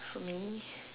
for me